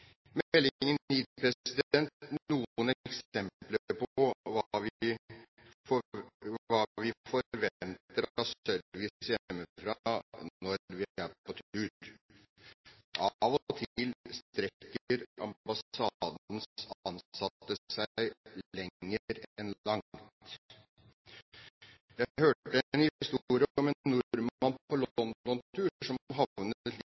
hva vi forventer av service hjemmefra når vi er på tur. Av og til strekker ambassadens ansatte seg lenger enn langt. Jeg hørte en historie om en